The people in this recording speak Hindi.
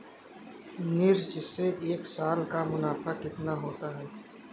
मिर्च से एक साल का मुनाफा कितना होता है?